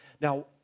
Now